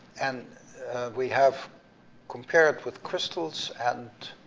and we have compared with crystals and